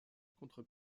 contre